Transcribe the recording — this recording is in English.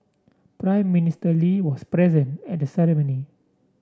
Prime Minister Lee was present at the ceremony